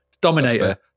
Dominator